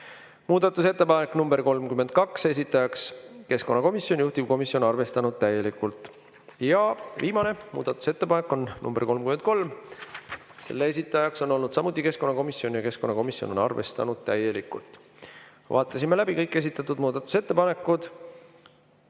Muudatusettepanek nr 32, esitajaks keskkonnakomisjon ja juhtivkomisjon on arvestanud täielikult. Viimane muudatusettepanek on nr 33, selle esitaja on samuti keskkonnakomisjon ja keskkonnakomisjon on arvestanud täielikult. Vaatasime läbi kõik esitatud muudatusettepanekud.